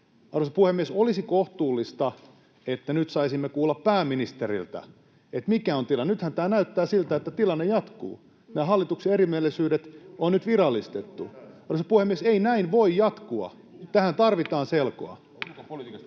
Arvoisa puhemies! Olisi kohtuullista, että nyt saisimme kuulla pääministeriltä, mikä on tilanne. Nythän tämä näyttää siltä, että tilanne jatkuu. Nämä hallituksen erimielisyydet on nyt virallistettu. Arvoisa puhemies, ei näin voi jatkua. Tähän tarvitaan selkoa.